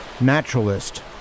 naturalist